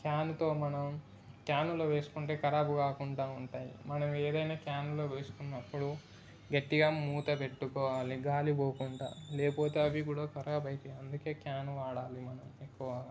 క్యానుతో మనం క్యానులో వేసుకుంటే ఖరాబు కాకుండా ఉంటాయి మనం ఏదైనా క్యానులో వేసుకున్నప్పుడు గట్టిగా మూత పెట్టుకోవాలి గాలి పోకుండా లేకపోతే అవి కూడా ఖరాబ అవుతాయి అందుకే క్యాన్ వాడాలి మనం ఎక్కువగా